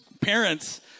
parents